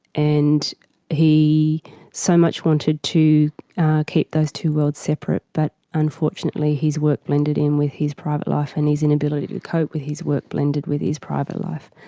and he so much wanted to keep those two worlds separate, but unfortunately his work blended in with his private life, and his inability to cope with his work blended with his private life.